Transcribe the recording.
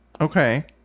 Okay